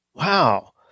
wow